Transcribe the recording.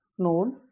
known